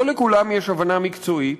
לא לכולם יש הבנה מקצועית.